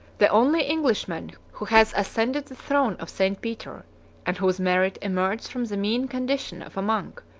the only englishman who has ascended the throne of st. peter and whose merit emerged from the mean condition of a monk,